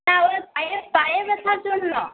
হ্যাঁ পায়ে ব্যথার জন্য